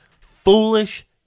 foolish